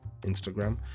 instagram